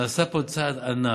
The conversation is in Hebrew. נעשה פה צעד ענק,